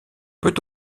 peut